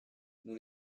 nous